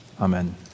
Amen